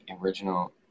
original